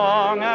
Long